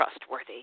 trustworthy